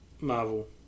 Marvel